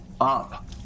up